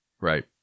Right